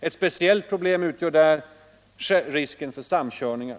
Ett speciellt problem utgör risken för samkörningar.